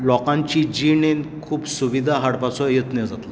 लोकांचे जिणेंत खूब सुविधा हाडपाचो यत्न जातलो